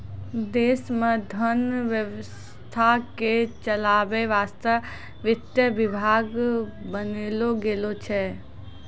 देश मे धन व्यवस्था के चलावै वासतै वित्त विभाग बनैलो गेलो छै